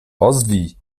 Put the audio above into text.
ozwij